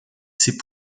ses